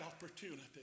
opportunity